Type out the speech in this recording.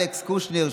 אלכס קושניר,